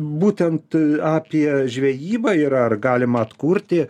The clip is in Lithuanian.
būtent apie žvejybą ir ar galima atkurti